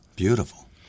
Beautiful